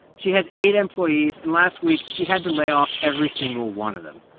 she has eight employees. and last week, she had to lay off every single one of them.